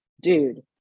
dude